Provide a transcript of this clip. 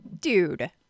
Dude